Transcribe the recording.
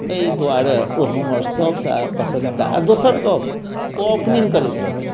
अइ दुआरे ओ हमर सबसँ पसन्दिदा आओर दोसर गप ओ ओपनिंग करैत रहथिन